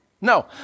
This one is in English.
No